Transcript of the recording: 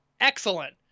excellent